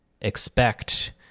expect